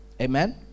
Amen